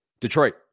Detroit